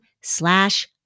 slash